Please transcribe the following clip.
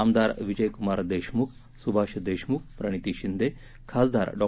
आमदार विजयकुमार देशमुख सुभाष देशमुख प्रणिती शिंदे खासदार डॉ